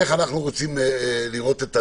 איך אנו רוצים לראות את הדברים.